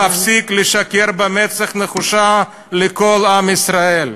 תפסיק לשקר במצח נחושה לכל עם ישראל.